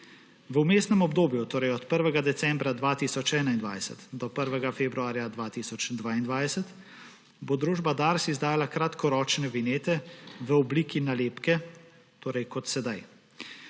V vmesnem obdobju, torej od 1. decembra 2021 do 1. februarja 2022, bo družba Dars izdala kratkoročne vinjete v obliki nalepke, kot je sedaj.